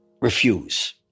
Refuse